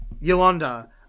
Yolanda